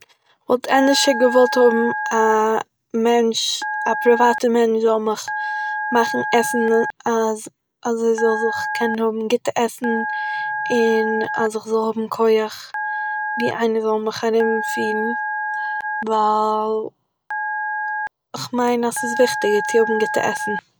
כ'וואלט ענדערשער געוואלט האבן א מענטש, א פריוואטער מענטש זאל מיך מאכן עסן אז- אז איך זאל קענען האבן גוטע עסן און, אז איך זאל האבן כח, ווי, איינער זאל מיך ארומפירן, ווייל כ'מיין אז ס'איז וויכטיגער ווי צו האבן גוטע עסן